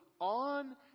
on